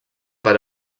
per